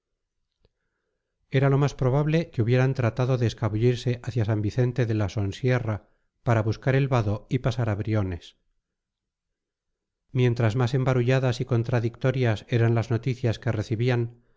era lo más probable que hubieran tratado de escabullirse hacia san vicente de la sonsierra para buscar el vado y pasar a briones mientras más embarulladas y contradictorias eran las noticias que recibían